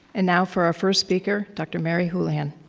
and now for our first speaker, dr. mary hulihan.